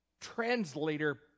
translator